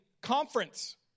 conference